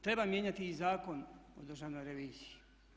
Treba mijenjati i Zakon o državnoj reviziji.